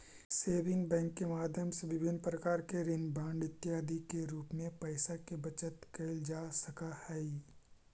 saving bank के माध्यम से विभिन्न प्रकार के ऋण बांड इत्यादि के रूप में पैइसा के बचत कैल जा सकऽ हइ